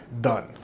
Done